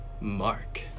Mark